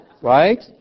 right